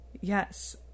Yes